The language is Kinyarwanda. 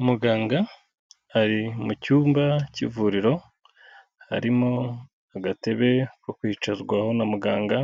Umuganga ari mu cyumba cy'ivuriro, harimo agatebe ko kwicazwaho na muganga,